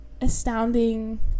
astounding